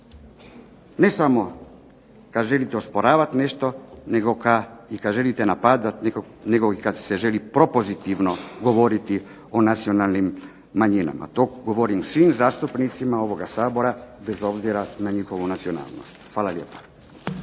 ne samo kad želite osporavati nešto nego i kad želite napadati nekog i kad se želi propozitivno govoriti o nacionalnim manjinama. To govorim svim zastupnicima ovoga Sabora bez obzira na njihovu nacionalnost. Hvala lijepa.